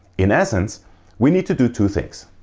in essence we need to do two things.